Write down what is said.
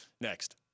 next